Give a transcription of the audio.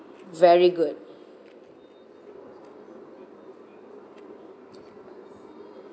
very good